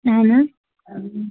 اَہَن حَظ